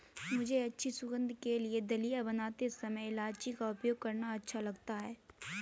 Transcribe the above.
मुझे अच्छी सुगंध के लिए दलिया बनाते समय इलायची का उपयोग करना अच्छा लगता है